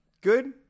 Good